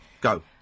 Go